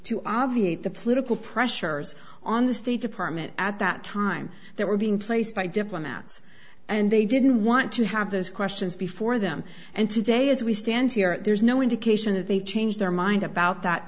obviate the political pressures on the state department at that time they were being placed by diplomats and they didn't want to have those questions before them and today as we stand here there's no indication that they changed their mind about that